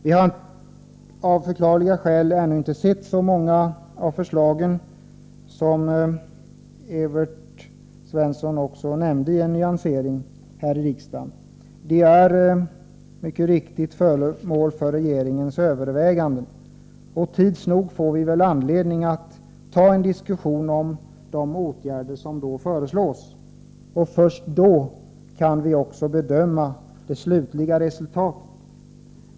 Av förklarliga skäl har vi i riksdagen ännu inte sett så många av förslagen — det nämnde också Evert Svensson. Förslagen är föremål för regeringens övervägande. Tids nog får vi anledning att diskutera de saker som föreslås. Först då kan vi bedöma det slutliga resultatet.